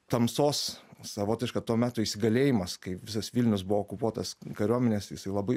tamsos savotiška to meto įsigalėjimas kai visas vilnius buvo okupuotas kariuomenės jisai labai